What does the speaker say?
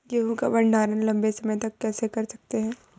गेहूँ का भण्डारण लंबे समय तक कैसे कर सकते हैं?